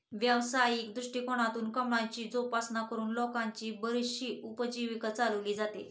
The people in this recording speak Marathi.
व्यावसायिक दृष्टिकोनातून कमळाची जोपासना करून लोकांची बरीचशी उपजीविका चालवली जाते